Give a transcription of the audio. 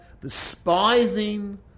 despising